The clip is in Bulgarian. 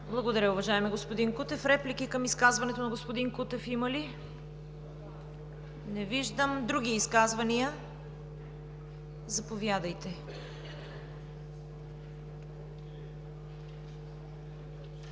Благодаря, уважаеми господин Кутев. Реплики към изказването на господин Кутев има ли? Не виждам. Други изказвания? Заповядайте.